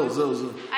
מירב, זהו, זהו, מספיק.